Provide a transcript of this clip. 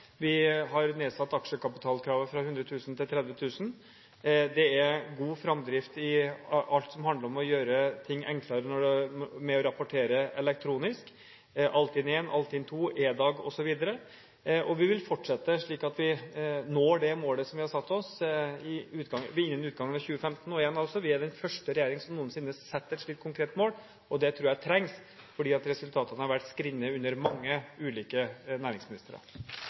Vi har nedsatt aksjekapitalkravet fra 100 000 kr til 30 000 kr. Det er god framdrift i alt som handler om å gjøre ting enklere ved å rapportere elektronisk – Altinn I, Altinn II, EDAG osv. – og vi vil fortsette, slik at vi når det målet vi har satt oss, innen utgangen av 2015. Igjen: Vi er den første regjering som noensinne har satt seg et slikt konkret mål. Det tror jeg trengs, for resultatene har vært skrinne under mange ulike næringsministre.